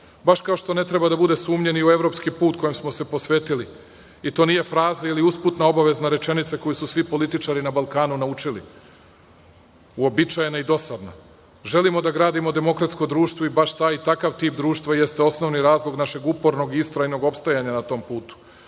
baš kao što ne treba da bude sumnje ni u evropski put kojem smo se posvetili, i to nije fraza ili usputna obavezna rečenica koju su svi političari na Balkanu naučili, uobičajena i dosadna. Želimo da gradimo demokratsko društvo i baš takav tip društva jeste osnovni razlog našeg upornog i istrajnog opstajanja na tom putu.